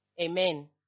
Amen